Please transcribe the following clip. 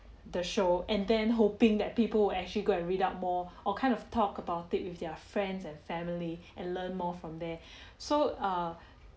the show and then hoping that people would actually go and read up more or kind of talk about it with their friends and family and learn more from there so uh